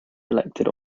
elected